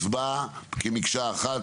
ההצבעה כמקשה אחת.